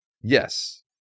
Yes